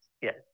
Yes